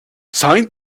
sighed